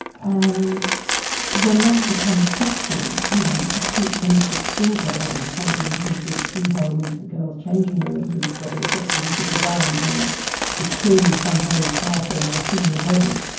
and when that becomes sexual, you know, a cute innocent schoolgirl and somebody looking through the keyhole into the girls' changing room, who's got all sorts of wicked designs and is clearly some very powerful, more senior body,